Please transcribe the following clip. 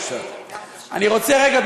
אני רוצה רגע,